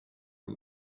him